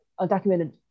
undocumented